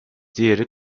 diğeri